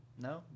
No